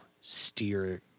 steer